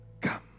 come